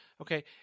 Okay